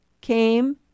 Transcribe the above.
came